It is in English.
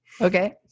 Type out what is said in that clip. Okay